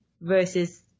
versus